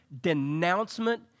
denouncement